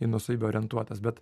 į nuosavybę orientuotas bet